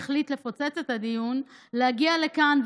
שהחליט לפוצץ את הדיון: להגיע לכאן,